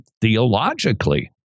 theologically